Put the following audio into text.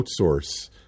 outsource